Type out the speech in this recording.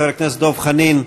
חבר הכנסת דב חנין,